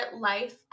life